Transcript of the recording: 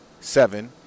seven